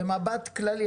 במבט כללי.